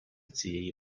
цієї